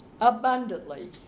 abundantly